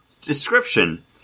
Description